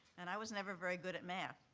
and i was never very good at math.